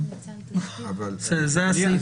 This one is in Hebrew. זה הסעיף.